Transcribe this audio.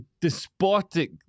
despotic